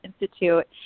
Institute